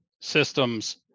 systems